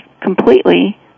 completely